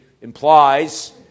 implies